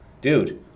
dude